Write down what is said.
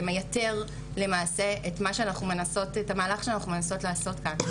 מייתר את המהלך שאנחנו מנסות לעשות כאן.